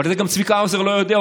אבל את זה גם צביקה האוזר לא יודע,